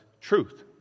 truth